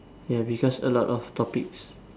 ya because a lot of topics